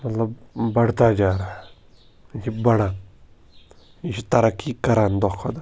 مطلب بڑتا جارہا یہِ چھِ بَڑان یہِ چھُ ترقی کَران دۄہ کھۄتہٕ دۄہ